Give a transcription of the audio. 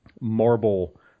marble